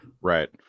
Right